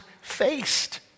faced